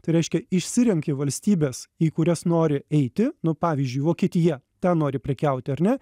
tai reiškia išsirenki valstybes į kurias nori eiti nu pavyzdžiui vokietija ten nori prekiauti ar ne